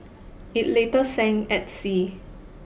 it later sank at sea